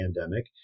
pandemic